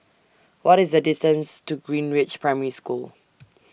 What IS The distance to Greenridge Primary School